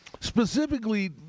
Specifically